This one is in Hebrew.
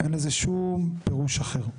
אין לזה שום פירוש אחר.